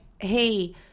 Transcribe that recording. hey